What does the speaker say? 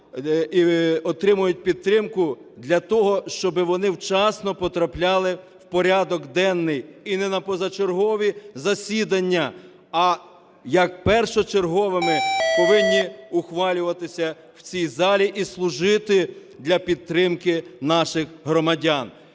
і отримують підтримку для того, щоб вони вчасно потрапляли в порядок денний, і не на позачергові засідання, а як першочерговими повинні ухвалюватися в цій залі і служити для підтримки наших громадян.